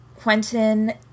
Quentin